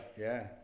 yeah,